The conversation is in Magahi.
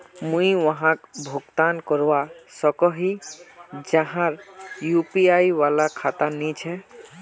मुई वहाक भुगतान करवा सकोहो ही जहार यु.पी.आई वाला खाता नी छे?